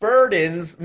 Burdens